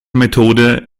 methode